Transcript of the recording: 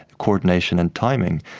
coordination and timing,